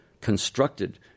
constructed